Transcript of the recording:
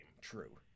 True